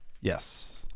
Yes